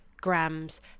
grams